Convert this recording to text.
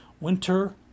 Winter